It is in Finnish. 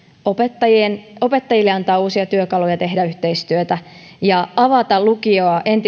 ja antaa opettajille uusia työkaluja tehdä yhteistyötä ja avata lukiota entistä vahvemmin